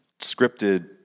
scripted